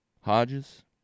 Hodges